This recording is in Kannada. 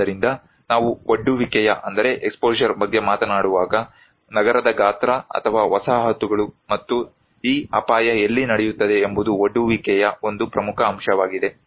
ಆದ್ದರಿಂದ ನಾವು ಒಡ್ಡುವಿಕೆಯ ಬಗ್ಗೆ ಮಾತನಾಡುವಾಗ ನಗರದ ಗಾತ್ರ ಅಥವಾ ವಸಾಹತುಗಳು ಮತ್ತು ಈ ಅಪಾಯ ಎಲ್ಲಿ ನಡೆಯುತ್ತದೆ ಎಂಬುದು ಒಡ್ಡುವಿಕೆಯ ಒಂದು ಪ್ರಮುಖ ಅಂಶವಾಗಿದೆ